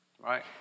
right